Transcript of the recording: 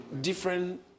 different